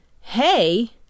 hey